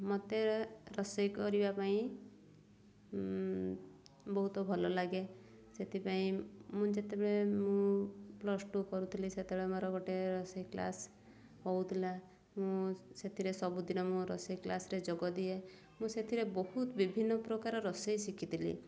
ମୋତେ ରୋଷେଇ କରିବା ପାଇଁ ବହୁତ ଭଲ ଲାଗେ ସେଥିପାଇଁ ମୁଁ ଯେତେବେଳେ ମୁଁ ପ୍ଲସ୍ ଟୁ କରୁଥିଲି ସେତେବେଳେ ମୋର ଗୋଟେ ରୋଷେଇ କ୍ଲାସ୍ ହେଉଥିଲା ମୁଁ ସେଥିରେ ସବୁଦିନ ମୁଁ ରୋଷେଇ କ୍ଲାସ୍ରେ ଯୋଗ ଦିଏ ମୁଁ ସେଥିରେ ବହୁତ ବିଭିନ୍ନ ପ୍ରକାର ରୋଷେଇ ଶିଖିଥିଲି